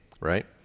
right